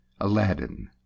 Aladdin